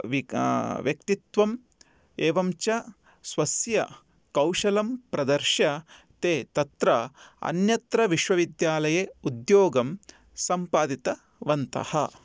विका व्यक्तित्वम् एवं च स्वस्य कौशलं प्रदर्श्य ते तत्र अन्यत्र विश्वविद्यालये उद्योगं सम्पादितवन्तः